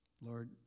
Lord